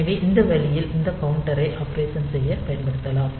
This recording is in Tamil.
எனவே இந்த வழியில் இந்த கவுண்டர்களை ஆபரேஷன் செய்ய பயன்படுத்தலாம்